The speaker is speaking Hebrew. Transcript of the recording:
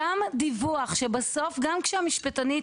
גם דיווח שהמשפטנית